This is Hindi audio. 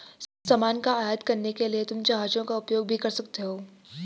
सामान को आयात करने के लिए तुम जहाजों का उपयोग भी कर सकते हो